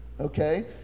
okay